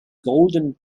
golden